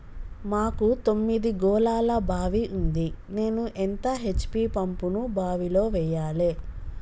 మాకు తొమ్మిది గోళాల బావి ఉంది నేను ఎంత హెచ్.పి పంపును బావిలో వెయ్యాలే?